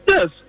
Yes